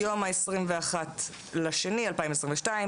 היום ה-21.02.2022,